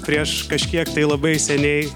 prieš kažkiek tai labai seniai